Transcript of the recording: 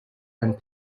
and